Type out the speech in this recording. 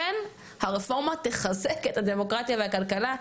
כן הרפורמה תחזק את הדמוקרטיה והכלכלה,